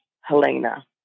Helena